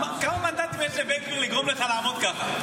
כמה מנדטים יש לבן גביר לגרום לך לעמוד ככה?